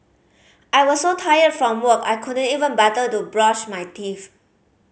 I was so tired from work I couldn't even bother to brush my teeth